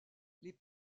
les